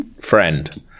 Friend